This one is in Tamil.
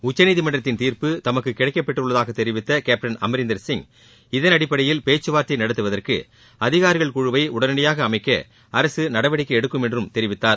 உச்சநீதிமன்றத்தின் தீர்ப்பு தமக்கு கிடைக்கப் பெற்றுள்ளதாக தெரிவித்த கேப்டன் அமரீந்தர் சிங் இதன் அடிப்படையில் பேச்சுவார்த்தை நடத்துவதற்கு அதிகாரிகள் குழுவை உடனடியாக அமைக்க அரசு நடவடிக்கை எடுக்கும் என்றும் தெரிவித்தார்